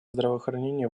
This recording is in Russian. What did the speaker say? здравоохранения